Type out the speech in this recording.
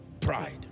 Pride